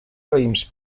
raïms